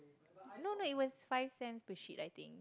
no no it was five cents per sheet I think